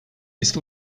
ist